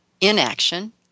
inaction